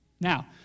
Now